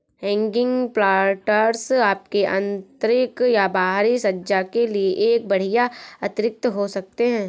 hanging planters आपके आंतरिक या बाहरी सज्जा के लिए एक बढ़िया अतिरिक्त हो सकते है